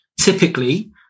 typically